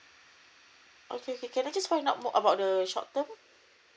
okay k k can I just find out more about the short term